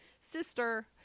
sister